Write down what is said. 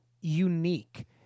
unique